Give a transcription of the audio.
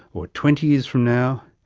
or twenty years from now,